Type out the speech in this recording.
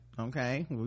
okay